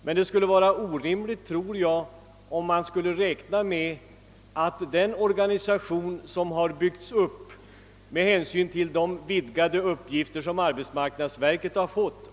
Men det vore orimligt att inte göra en översyn av den nuvarande organisationen med hänsyn till de vidgade uppgifter som arbetsmarknadsverket har fått.